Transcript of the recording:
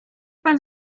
pan